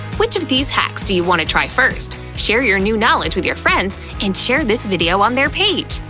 which of these hacks do you want to try first? share your new knowledge with your friends and share this video on their page!